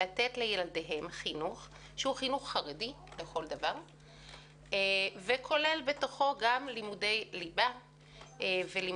לתת לילדיהם חינוך חרדי לכל דבר שכולל בתוכו גם לימודי ליבה ולימודי